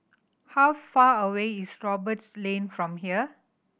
how far away is Roberts Lane from here